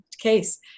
case